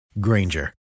Granger